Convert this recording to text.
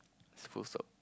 full stop